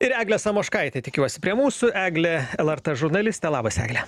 ir eglė samoškaitė tikiuosi prie mūsų eglė lrt žurnalistė labas egle